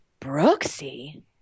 Brooksy